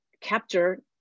capture